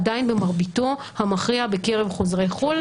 עדיין במרביתו המכריע בקרב חוזרי חו"ל,